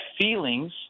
feelings—